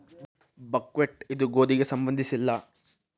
buckwheat ಇದು ಗೋಧಿಗೆ ಸಂಬಂಧಿಸಿಲ್ಲ